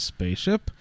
Spaceship